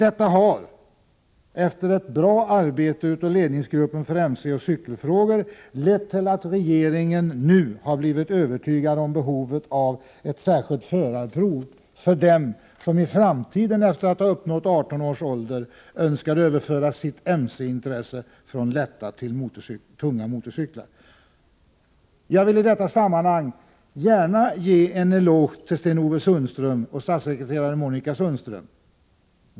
Ett bra arbete av ledningsgruppen för mcoch cykelfrågor har lett till att regeringen nu blivit övertygad om behovet av ett särskilt förarprov för dem som efter att ha uppnått 18 års ålder önskar att gå över från lätta till tunga motorcyklar. Jag vill i dag gärna ge en eloge till Sten-Ove Sundström och statssekreterare Monica Sundström.